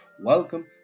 welcome